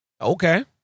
okay